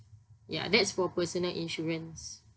ya that's for personal insurance